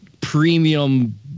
premium